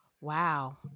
Wow